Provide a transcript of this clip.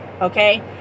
okay